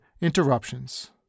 interruptions